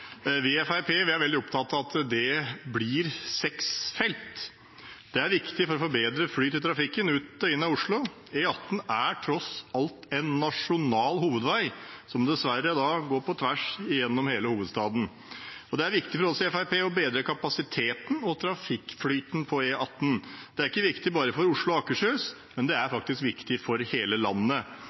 er veldig opptatt av at det blir seks felt. Det er viktig for å få bedre flyt i trafikken ut og inn av Oslo. E18 er tross alt en nasjonal hovedvei som dessverre går på tvers gjennom hele hovedstaden. Det er viktig for oss i Fremskrittspartiet å bedre kapasiteten og trafikkflyten på E18. Det er viktig ikke bare for Oslo og Akershus, men det er viktig for hele landet.